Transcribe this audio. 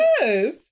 Yes